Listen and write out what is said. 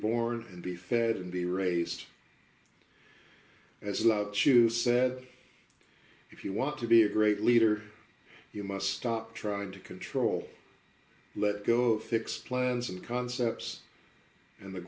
born and be fed and be raised as a jew said if you want to be a great leader you must stop trying to control let go fix plans and concepts and the